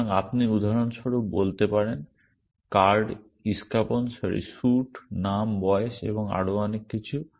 সুতরাং আপনি উদাহরণস্বরূপ বলতে পারেন কার্ড ইস্কাপন সরি স্যুট নাম বয়স এবং আরও অনেক কিছু